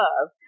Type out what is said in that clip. love